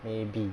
maybe